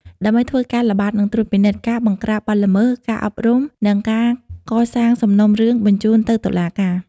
ដើម្បីធ្វើការល្បាតនិងត្រួតពិនិត្យ ការបង្ក្រាបបទល្មើស ការអប់រំ និងការកសាងសំណុំរឿងបញ្ជូនទៅតុលាការ។